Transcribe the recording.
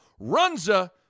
Runza